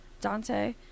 Dante